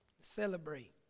Celebrate